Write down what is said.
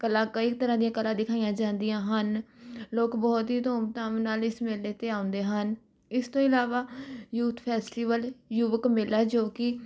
ਕਲਾ ਕਈ ਤਰ੍ਹਾਂ ਦੀਆਂ ਕਲਾ ਦਿਖਾਈਆਂ ਜਾਂਦੀਆਂ ਹਨ ਲੋਕ ਬਹੁਤ ਹੀ ਧੂਮਧਾਮ ਨਾਲ ਇਸ ਮੇਲੇ 'ਤੇ ਆਉਂਦੇ ਹਨ ਇਸ ਤੋਂ ਇਲਾਵਾ ਯੂਥ ਫੈਸਟੀਵਲ ਯੁਵਕ ਮੇਲਾ ਜੋ ਕਿ